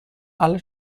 alla